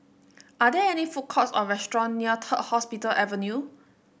are there any food courts or restaurant near Hospital Avenue